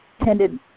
tended